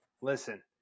Listen